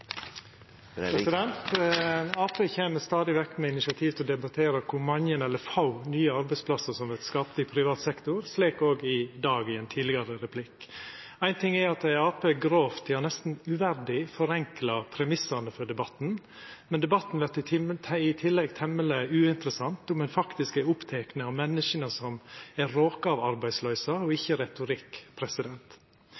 år. Arbeidarpartiet kjem stadig vekk med initiativ til å debattera kor mange eller få nye arbeidsplassar som vert skapte i privat sektor, slik òg i dag i ein tidlegare replikk. Ein ting er at Arbeidarpartiet grovt, ja nesten uverdig, forenklar premissane for debatten, men debatten vert i tillegg temmeleg uinteressant om ein faktisk er oppteken av menneska som er råka av arbeidsløysa, og